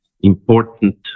important